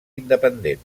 independent